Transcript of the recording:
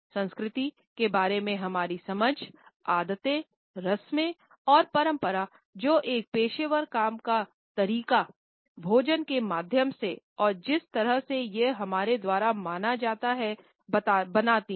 संस्कृति के बारे में हमारी समझ आदते रस्में और परंपरा जो एक पेशेवर काम का तरीका भोजन के माध्यम से और जिस तरह से यह हमारे द्वारा माना जाता है बनाती हैं